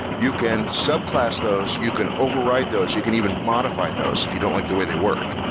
you can subclass those. you can override those. you can even modify those if you don't like the way they work.